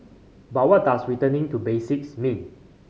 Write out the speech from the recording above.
but what does returning to basics mean